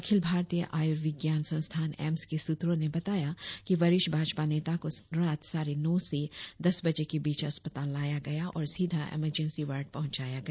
अखिल भारतीय आयुर्विज्ञान संस्थान एम्स के सूत्रों ने बताया कि वरिष्ठ भाजपा नेता को रात साढ़े नौ से दस बजे के बीच अस्पताल लाया गया और सीधा एमरजेंसी वार्ड पहुंचाया गया